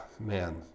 man